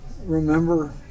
remember